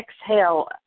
exhale